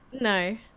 no